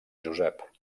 josep